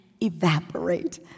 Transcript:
evaporate